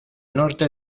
norte